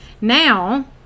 now